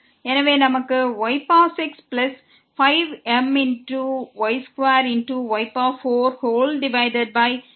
எனவே நமக்கு இது கிடைக்கிறது